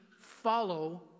follow